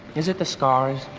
is it the scars.